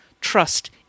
trust